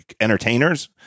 entertainers